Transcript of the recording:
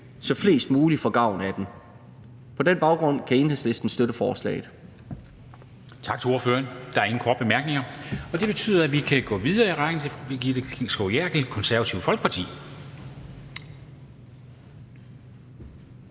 så flest mulige får gavn af den. På den baggrund kan Enhedslisten støtte forslaget.